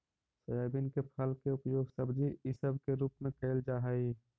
soybean के फल के उपयोग सब्जी इसब के रूप में कयल जा हई